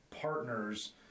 partners